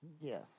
Yes